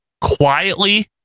quietly